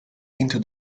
into